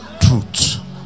Truth